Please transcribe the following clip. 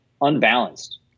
unbalanced